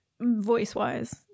voice-wise